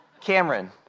Cameron